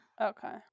okay